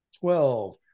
Twelve